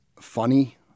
funny